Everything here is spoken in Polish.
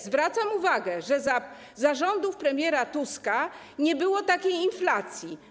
Zwracam uwagę, że za rządów premiera Tuska nie było takiej inflacji.